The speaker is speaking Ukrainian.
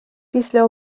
після